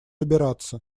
убираться